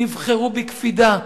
נבחרו בקפידה,